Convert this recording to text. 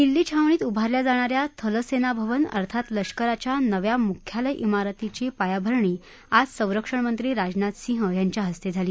दिल्ली छावणीत उभारल्या जाणा या थल सेना भवन अर्थात लष्कराच्या नव्या मुख्यालय इमारतीची पायाभरणी आज संरक्षणमंत्री राजनाथ सिंग यांच्या हस्ते झाली